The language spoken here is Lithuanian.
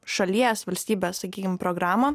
šalies valstybės sakykim programą